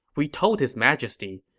we told his majesty,